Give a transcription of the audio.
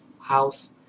house